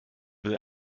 will